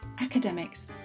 academics